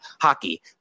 Hockey